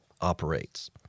operates